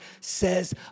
says